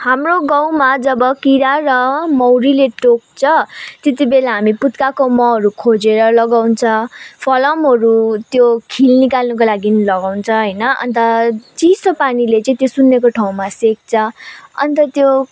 हाम्रो गाउँमा जब किरा र मौरीले टोक्छ त्यति बेला हामी पुत्काको महहरू खोजेर लगाउँछ फलामहरू त्यो खिल निकाल्नुको लागि लगाउँछ होइन अन्त चिसो पानीले चाहिँ त्यो सुन्निएको ठाउँमा चाहिँ सेक्छ अन्त त्यो